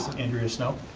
andrea snow.